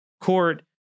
Court